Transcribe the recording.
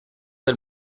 del